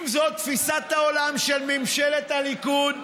אם זו תפיסת העולם של ממשלת הליכוד,